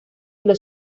los